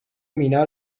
مینا